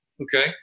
Okay